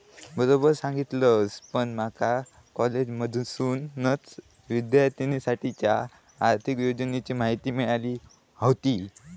बरोबर सांगलस, पण माका कॉलेजमधसूनच विद्यार्थिनींसाठीच्या आर्थिक योजनांची माहिती मिळाली व्हती